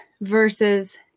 versus